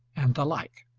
and the like.